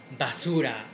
basura